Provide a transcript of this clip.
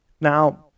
Now